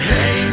Hey